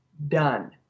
Done